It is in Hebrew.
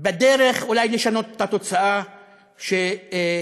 בדרך אולי לשנות את התוצאה שקיבלו.